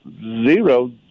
zero